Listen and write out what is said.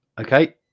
okay